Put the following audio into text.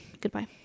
Goodbye